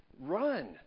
run